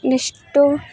ಇವಿಷ್ಟು